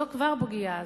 זו כבר פגיעה.